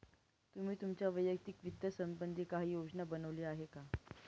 तुम्ही तुमच्या वैयक्तिक वित्त संबंधी काही योजना बनवली आहे का?